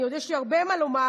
יש לי הרבה מה לומר,